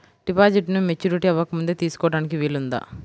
డిపాజిట్ను మెచ్యూరిటీ అవ్వకముందే తీసుకోటానికి వీలుందా?